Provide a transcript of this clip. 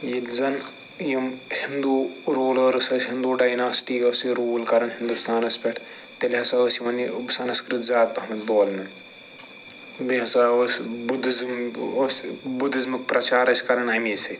یتہِ زن یِم ہنٛدو رولٲرٕس ٲسۍ ہنٛدو ڈایناسٹۍ ٲسۍ یہِ روٗل کران ہندُستانَس پٮ۪ٹھ تیٚلہِ ہسا ٲسۍ یِوان یہِ سنسکرِت زیادٕ پہمت بولنہٕ بییٚہِ ہسا اوس بُدھزٕم اوس بدھزمُک پرچارٲسۍ کران أمیٚے سۭتۍ